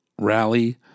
rally